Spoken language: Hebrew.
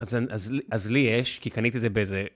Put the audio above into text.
אז אז לי יש כי קניתי את זה בזה.